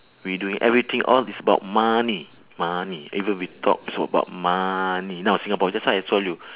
we doing everything all is about money money even we talk is all about money now singapore that's why I told you